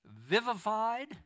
vivified